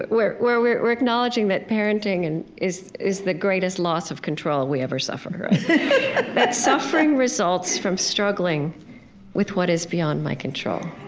we're we're acknowledging that parenting and is is the greatest loss of control we ever suffer that suffering results from struggling with what is beyond my control,